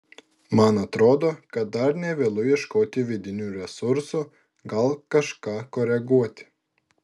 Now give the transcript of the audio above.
man atrodo kad dar ne vėlu ieškoti vidinių resursų gal kažką koreguoti